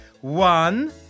One